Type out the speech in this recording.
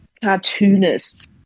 cartoonists